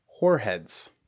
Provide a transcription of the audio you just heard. whoreheads